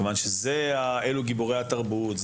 מכיוון שאילו הם גיבורי התרבות,